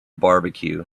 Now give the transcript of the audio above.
barbecue